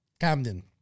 Camden